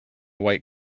white